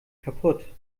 kaputt